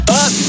up